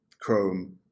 Chrome